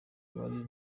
wari